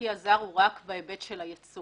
ממשקיע זר הוא רק בהיבט של הייצוא.